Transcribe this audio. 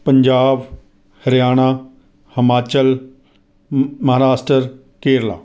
Punjab Haryana Himachal Maharashtra Kerala